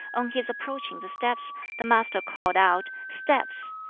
on his approaching the steps the master called out steps,